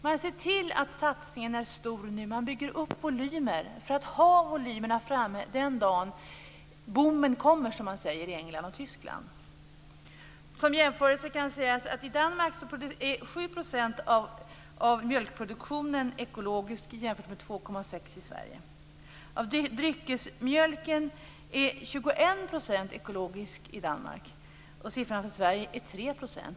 Man ser till att satsningen är stor nu, och man bygger upp volymer för att ha volymerna framme den dag boomen kommer i Som jämförelse kan sägas att 7 % av mjölkproduktionen är ekologisk i Danmark mot 2,6 % i Sverige. Av dryckesmjölken är 21 % ekologisk i Danmark och 3 % i Sverige.